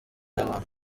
n’abana